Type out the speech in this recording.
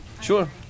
Sure